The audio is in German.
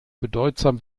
bedeutsam